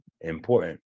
important